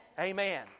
Amen